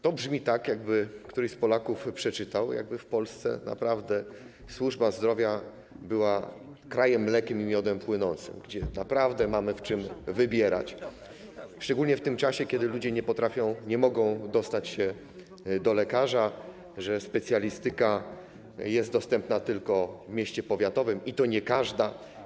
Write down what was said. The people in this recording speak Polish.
To brzmi tak, gdyby któryś z Polaków przeczytał, jakby w Polsce naprawdę służba zdrowia była krajem mlekiem i miodem płynącym, gdzie naprawdę mamy w czym wybierać, szczególnie w tym czasie, kiedy ludzie nie mogą dostać się do lekarza, kiedy specjalistyka jest dostępna tylko w mieście powiatowym, i to nie każda.